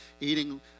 eating